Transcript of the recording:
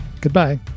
Goodbye